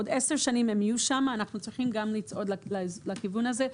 בעוד עשר שנים הם יהיו שם ואנחנו צריכים גם לצעוד לכיוון הזה.